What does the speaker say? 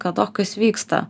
kad o kas vyksta